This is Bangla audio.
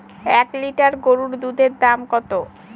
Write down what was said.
এক লিটার গরুর দুধের দাম কত?